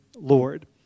Lord